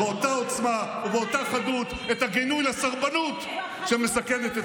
באותה עוצמה ובאותה חדות את הגינוי לסרבנות שמסכנת את כולנו.